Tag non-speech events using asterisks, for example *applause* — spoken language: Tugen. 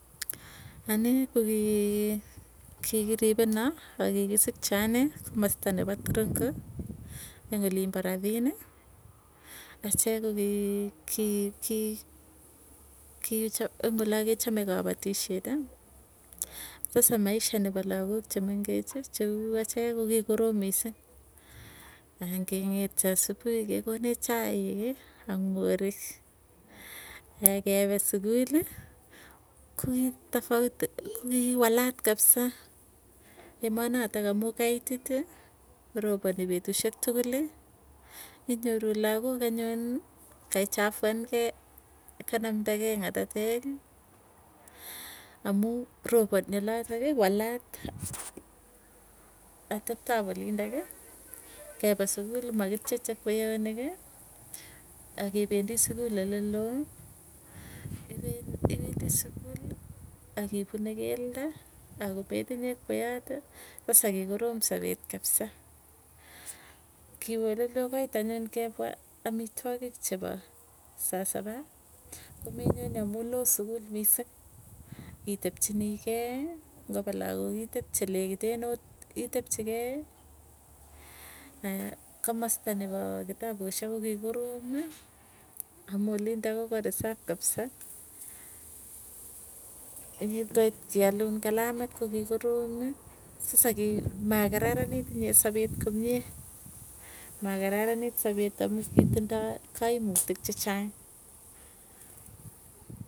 Anee kokii kikiripeno akikisikchoo anee kimasta *noise* nepo torongo eng olimbo ravine. Achek kokii ki ing oloo kechame kapatisheti, sasa maisha nepo lagook chemengechi cheu acheki ko kikorom missing, aya ngeng'etie asubuhi kekonech chaiki ak morik *hesitation* kepe sukuli kokii walat kapsaa, emonotok amuu kaitit koropani petusyek tukuli. Inyoru lagook anyun kaichafuan kei kanamndakei ng'atateki amuu roponi, olotoki walat ateptap *noise* olindoki, kepe sukul makitieche kweyoniki akependii sukul oleloo. *noise* Iwendii sukul akipune keldo, akometinye kweyot kosa kikorom sapet kapisa. Tuun kiwoo oleloo koit anyun kepwa, amitwogikik chepo sasapaa komenyonii amuu loo sukul misiing. itepchinikei ngopa lagook itep chelekiten ot itepchikei *hesitation* komasta nepoo kitapusyek kokii koroomi, amuu olindok ko reserve kapsa initkoit kealun kalamit kokii koroomi sasa kii makararanit inye sapet *noise* komie makararanit sapet amuu kitindoi kaimutik chechang.